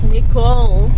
Nicole